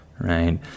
right